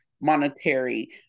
monetary